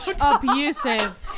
abusive